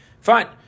Fine